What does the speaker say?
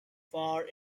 far